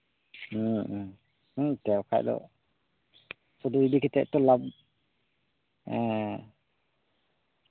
ᱦᱩᱸ ᱦᱩᱸ ᱦᱩᱸ ᱛᱚ ᱵᱟᱠᱷᱟᱱ ᱫᱚ ᱥᱩᱫᱩ ᱤᱫᱤ ᱠᱟᱛᱮᱫ ᱛᱚ ᱞᱟᱵ ᱦᱩᱸ